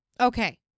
Okay